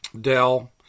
Dell